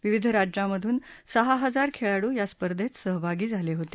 विविध राज्यामधून सहा हजार खेळाडू या स्पर्धेत सहभागी झाले होते